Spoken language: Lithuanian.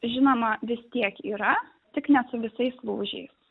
žinoma vis tiek yra tik ne su visais lūžiais